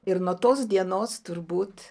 ir nuo tos dienos turbūt